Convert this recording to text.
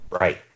Right